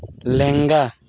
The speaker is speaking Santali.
ᱞᱮᱸᱜᱟ